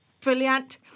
Brilliant